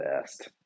best